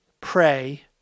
pray